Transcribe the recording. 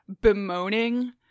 bemoaning